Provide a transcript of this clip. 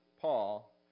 Paul